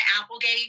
Applegate